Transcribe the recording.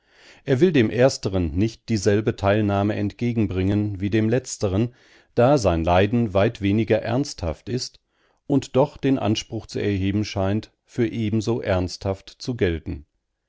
er will dem ersteren nicht dieselbe teilnahme entgegenbringen wie dem letzteren da sein leiden weit weniger ernsthaft ist und doch den anspruch zu erheben scheint für ebenso ernsthaft zu gelten